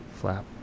flap